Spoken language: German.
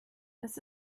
das